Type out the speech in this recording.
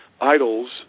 idols